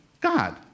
God